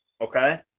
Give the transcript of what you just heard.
Okay